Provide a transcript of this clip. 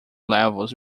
levels